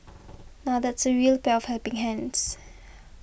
now that's a real pair of helping hands